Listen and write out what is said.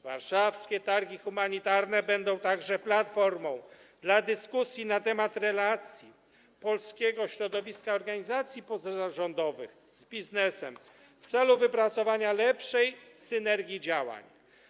Warszawskie targi humanitarne będą także platformą dyskusji na temat relacji polskiego środowiska organizacji pozarządowych z biznesem w celu wypracowania lepszej synergii działań.